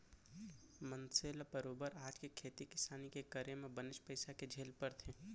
मनसे ल बरोबर आज के खेती किसानी के करे म बनेच पइसा के झेल परथे